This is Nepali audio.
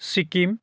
सिक्किम